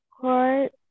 court